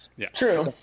True